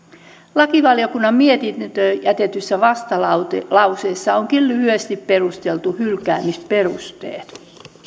lakivaliokunnan mietintöön jätetyssä vastalauseessa onkin lyhyesti perusteltu hylkäämisperusteet